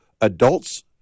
adults